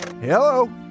Hello